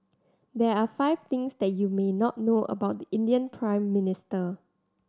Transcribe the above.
there are five things that you may not know about the Indian Prime Minister